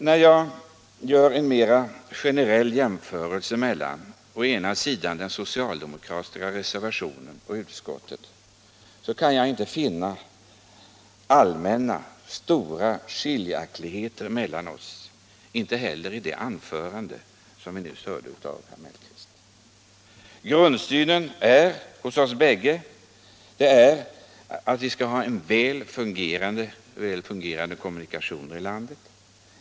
När jag gör en mer generell jämförelse mellan å ena sidan den socialdemokratiska reservationen och å andra sidan utskottets skrivning kan jag inte finna några stora allmänna skiljaktigheter mellan oss. Inte heller kunde jag i det anförande som herr Mellqvist nyss höll spåra några sådana skiljaktigheter. Grundsynen hos oss bägge är att vi skall ha väl fungerande kommunikationer i landet.